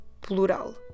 plural